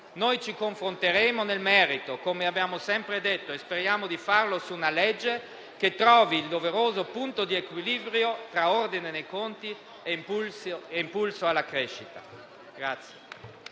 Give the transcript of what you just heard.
Noi ci confronteremo nel merito - come abbiamo sempre detto - e speriamo di farlo su una legge che trovi il doveroso punto d'equilibrio tra ordine nei conti e impulso alla crescita.